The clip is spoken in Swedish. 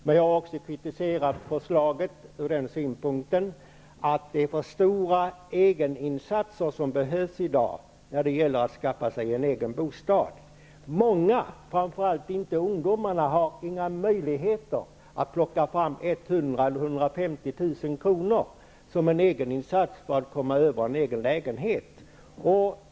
Men jag har också kritiserat förslaget ur den synpunkten att det i dag är för stora egeninsatser som behövs för att skaffa en egen bostad. Det är många som inte har möjligheter, framför allt ungdomar, att plocka fram 100 000 eller 150 000 kr. till en egeninsats för att komma över en egen lägenhet.